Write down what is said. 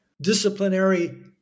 disciplinary